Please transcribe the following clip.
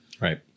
right